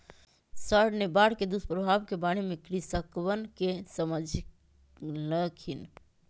sir ने बाढ़ के दुष्प्रभाव के बारे में कृषकवन के समझल खिन